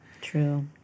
True